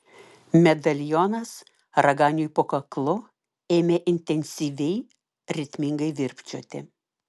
medalionas raganiui po kaklu ėmė intensyviai ritmingai virpčioti